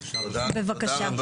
בבקשה.